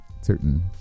certain